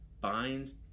binds